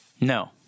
No